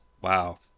wow